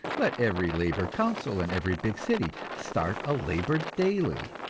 let every labor council in every big city start a labor daily,